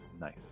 nice